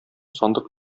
сандык